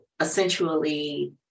essentially